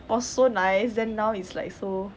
was so nice then now is like so